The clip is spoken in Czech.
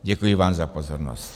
Děkuji vám za pozornost.